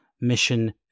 mission